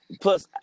Plus